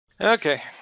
Okay